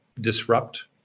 disrupt